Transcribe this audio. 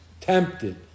tempted